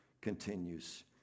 continues